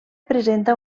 presenta